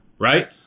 right